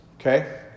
Okay